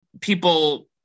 people